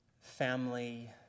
family